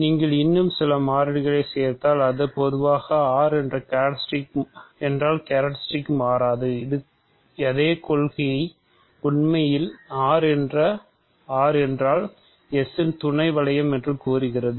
நீங்கள் இன்னும் சில மாறிகளைச் சேர்த்தால் அல்லது பொதுவாக R என்றால் கேரக்ட்ரிஸ்டிக் மாறாது அதே கொள்கை உண்மையில் R என்றால் S இன் துணை வளையம் என்று கூறுகிறது